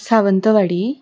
Sawantwadi